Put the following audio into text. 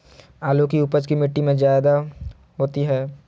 आलु की उपज की मिट्टी में जायदा होती है?